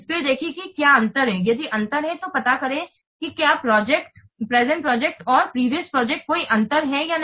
फिर देखें कि क्या अंतर है यदि अंतर है तो पता करें कि क्या प्रेजेंट प्रोजेक्ट और प्रीवियस प्रोजेक्ट कोई अंतर है या नहीं